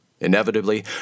Inevitably